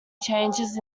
changes